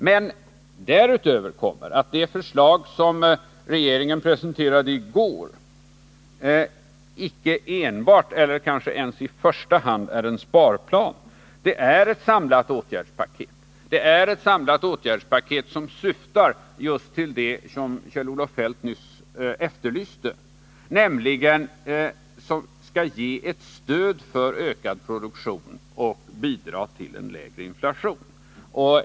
Men därutöver kommer att de förslag som regeringen presenterade i går icke enbart eller kanske ens i första hand är en sparplan. Det är ett samlat åtgärdspaket, som syftar just till det som Kjell-Olof Feldt nyss efterlyste, nämligen att ge ett stöd för ökad produktion och att bidra till en lägre inflation.